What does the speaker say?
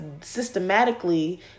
systematically